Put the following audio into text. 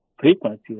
frequency